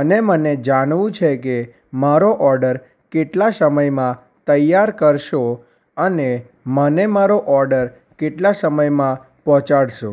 અને મને જાણવું છે કે મારો ઓડર કેટલા સમયમાં તૈયાર કરશો અને મને મારો ઓડર કેટલા સમયમાં પહોંચાડશો